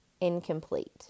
incomplete